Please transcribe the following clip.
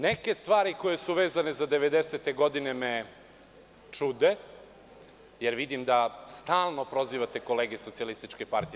Neke stvari koje su vezane za 90-te godine me čude, jer vidim da stalno prozivate kolege iz SPS.